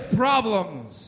problems